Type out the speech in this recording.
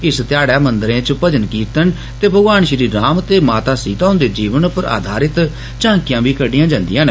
इस ध्याड़े मंदिरें च भजन कीर्तन ते भगवान श्री राम ते माता सीता हुन्दे जीवन पर आधारित झांकियां बी कड्डियां जंदिआं न